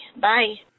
Bye